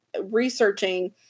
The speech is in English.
researching